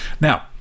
now